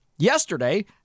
Yesterday